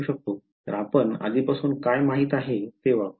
तर आपण आधीपासून काय माहित आहे ते वापरू